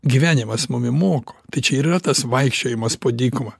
gyvenimas mumi moko tai čia ir yra tas vaikščiojimas po dykumą